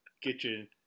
Kitchen